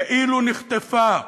כאילו נחטפה.